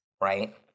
Right